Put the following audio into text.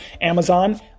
Amazon